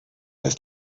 ist